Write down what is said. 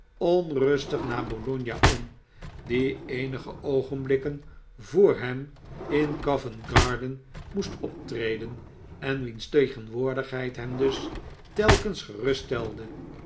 onrustig naar bologna om die eenige oogenblikken voor hem in coventgarden moest optreden en wiens tegenwoordigheid hem dus telkens